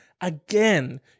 Again